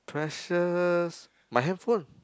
precious my handphone